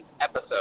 episode